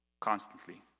constantly